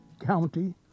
county